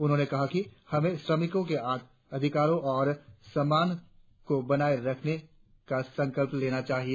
उन्होंने कहा कि हमें श्रमिकों के अधिकारों और सम्मान को बनाए रखने का सकल्प लेना चाहिए